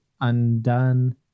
undone